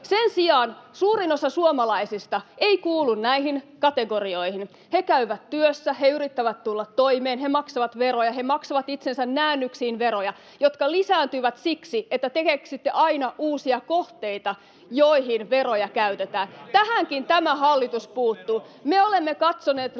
Sen sijaan suurin osa suomalaisista ei kuulu näihin kategorioihin. He käyvät työssä. He yrittävät tulla toimeen. He maksavat veroja. He maksavat itsensä näännyksiin veroja, jotka lisääntyvät siksi, että te keksitte aina uusia kohteita, joihin veroja käytetään. Tähänkin tämä hallitus puuttuu. Me olemme katsoneet läpi